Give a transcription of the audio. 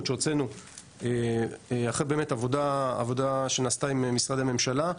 שהוצאנו אחרי באמת עבודה שנעשתה עם משרדי הממשלה.